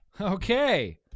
Okay